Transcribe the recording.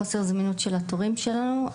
חוסר הזמינות של התורים שלנו.